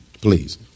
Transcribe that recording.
Please